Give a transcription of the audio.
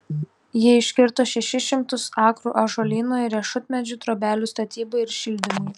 jie iškirto šešis šimtus akrų ąžuolyno ir riešutmedžių trobelių statybai ir šildymui